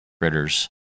critters